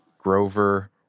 Grover